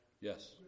Yes